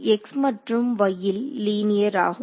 இது x மற்றும் y இல் லீனியர் ஆகும்